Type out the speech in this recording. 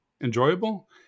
enjoyable